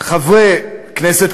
חברי כנסת,